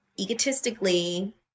egotistically